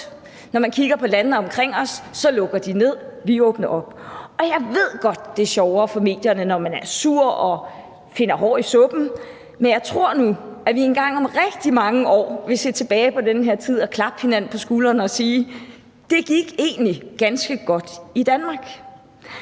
Når man kigger på landene omkring os, lukker de ned, og vi åbner op. Jeg ved godt, det er sjovere for medierne, når man er sur og finder hår i suppen, men jeg tror nu, at vi engang om rigtig mange år vil se tilbage på den her tid og klappe hinanden på skuldrene og sige: Det gik egentlig ganske godt i Danmark.